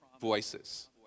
voices